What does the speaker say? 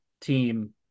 team